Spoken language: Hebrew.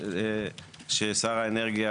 ששר האנרגיה,